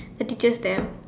the teachers there